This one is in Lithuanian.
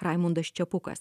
raimundas čepukas